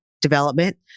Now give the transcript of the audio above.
development